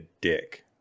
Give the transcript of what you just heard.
dick